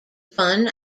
fun